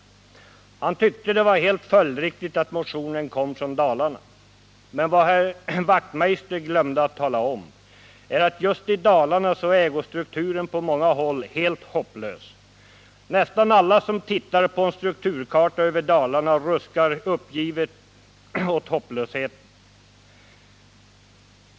Hans Wachtmeister tyckte det var helt följdriktigt att motionen kom från Dalarna. Men herr Wachtmeister glömde att tala om att just i Dalarna är ägostrukturen på många håll heli hopplös. Nästan alla som tittar på en strukturkarta över Dalarna ruskar uppgivet på huvudet åt hopplösheten.